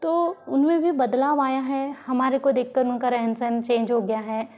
तो उन में भी बदलाव आया है हमारे को देखकर उनका रहन सहन चेंज हो गया है